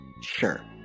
Sure